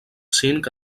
cinc